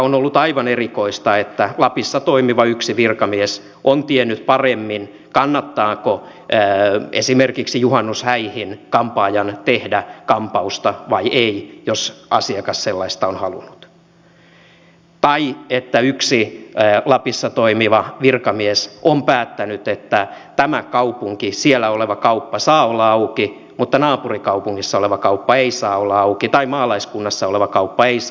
on ollut aivan erikoista että lapissa toimiva yksi virkamies on tiennyt paremmin kannattaako esimerkiksi juhannushäihin kampaajan tehdä kampausta vai ei jos asiakas sellaista on halunnut tai että yksi lapissa toimiva virkamies on päättänyt että tässä kaupungissa oleva kauppa saa olla auki mutta naapurikaupungissa oleva kauppa ei saa olla auki tai maalaiskunnassa oleva kauppa ei saa olla auki